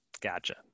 gotcha